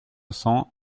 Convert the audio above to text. cents